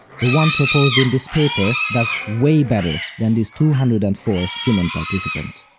the one proposed in this paper does way better than these two hundred and four human participants.